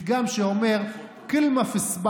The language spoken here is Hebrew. פתגם שאומר: (אומר דברים בערבית